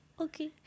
okay